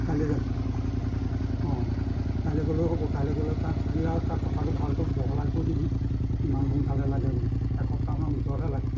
কাইলৈ যাবি অঁ কাইলৈ গ'লেও হ'ব কাইলৈ গ'লে খালি আৰু তাত কথাটো ভালকৈ বহলাই কৈ দিবি ইমান সোনকালে লাগে বুলি এসপ্তাহ মানৰ ভিতৰতে লাগে